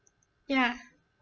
ya